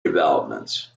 developments